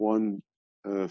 One